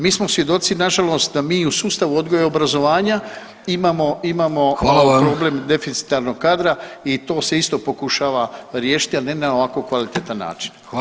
Mi smo svjedoci nažalost da mi u sustavu odgoja i obrazovanja imamo, imamo, [[Upadica: Hvala vam.]] deficitarnog kadra i to se isto pokušava riješiti, ali ne na ovako kvalitetan način.